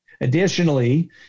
Additionally